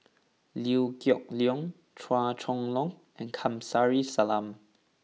Liew Geok Leong Chua Chong Long and Kamsari Salam